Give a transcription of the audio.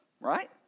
Right